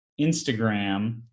Instagram